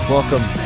Welcome